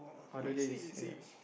other days yes